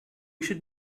should